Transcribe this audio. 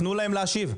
תנו להם להשיב.